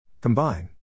Combine